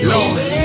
Lord